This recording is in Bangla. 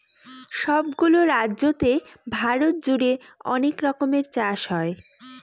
সব গুলো রাজ্যতে ভারত জুড়ে অনেক রকমের চাষ হয়